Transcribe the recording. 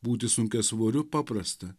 būti sunkiasvoriu paprasta